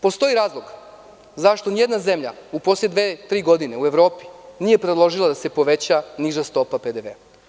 Postoji razlog zašto nijedna zemlja u poslednje dve, tri godine u Evropi nije predložila da se poveća niža stopa PDV.